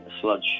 sludge